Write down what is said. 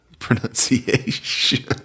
pronunciation